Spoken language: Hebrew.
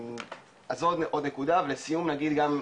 אז זו עוד נקודה ולסיום נגיד גם,